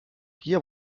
hier